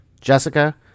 Jessica